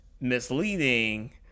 misleading